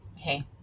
Okay